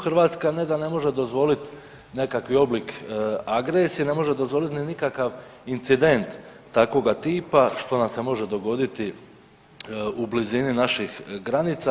Hrvatska ne da ne može dozvoliti nekakav oblik agresije, ne može dozvoliti ni nikakav incident takvoga tipa što nam se može dogoditi u blizini naših granica.